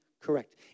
correct